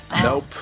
nope